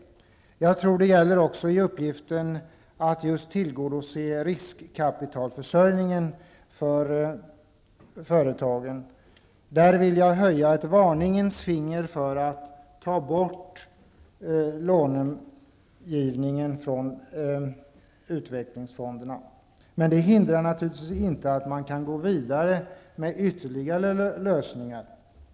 Jag tror att detsamma gäller uppgiften att tillgodose riskkapitalförsörjningen för företagen. Men där vill jag höja ett varningens finger för att ta bort långivningen från utvecklingsfonderna. Det hindrar naturligtvis inte att man går vidare med ytterligare lösningar.